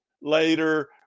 later